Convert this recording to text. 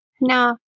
No